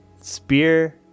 spear